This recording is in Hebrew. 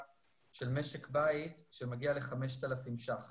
של משק בית שמגיע ל-5,000 ₪ בממוצע,